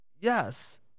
yes